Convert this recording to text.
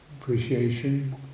appreciation